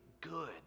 good